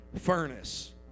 furnace